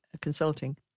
consulting